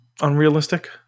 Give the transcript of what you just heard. unrealistic